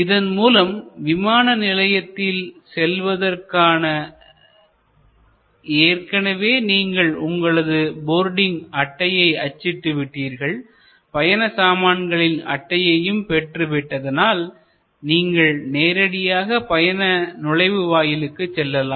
இதன் மூலம் விமான நிலையத்தில் செல்வதற்காக ஏற்கனவே நீங்கள் உங்களது போர்டின் அட்டையை அச்சிட்டு விட்டீர்கள் பயண சாமான்களின் அட்டையையும் பெற்று விட்டதனால் நீங்கள் நேரடியாக பயண நுழைவு வாயிலுக்கு செல்லலாம்